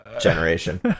generation